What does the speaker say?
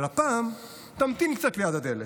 אבל הפעם תמתין קצת ליד הדלת,